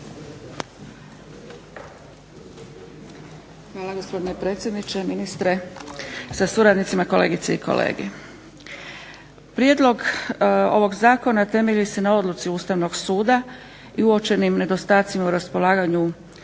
Hvala, gospodine predsjedniče. Ministre sa suradnicima, kolegice i kolege. Prijedlog ovog zakona temelji se na odluci Ustavnog suda i uočenim nedostacima u raspolaganju